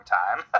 time